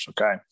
Okay